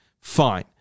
Fine